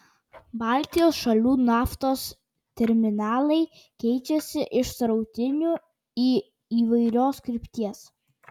baltijos šalių naftos terminalai keičiasi iš srautinių į įvairios krypties